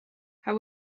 how